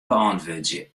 beäntwurdzje